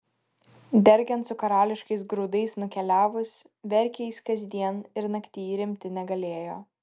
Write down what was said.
dergiant su karališkais grūdais nukeliavus verkė jis kasdien ir naktyj rimti negalėjo